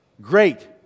great